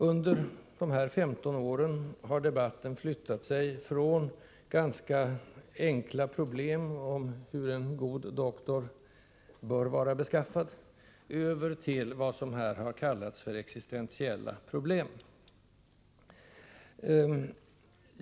Under dessa 15 år har debatten flyttat sig från ganska enkla problem om hur en god doktor bör vara beskaffad över till vad som här har kallats existentiella problem.